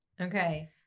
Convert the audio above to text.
Okay